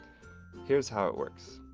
here is how it works.